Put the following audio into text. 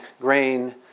grain